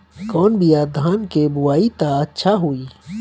कौन बिया धान के बोआई त अच्छा होई?